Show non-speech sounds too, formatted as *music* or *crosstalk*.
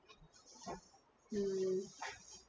*noise* mm *noise*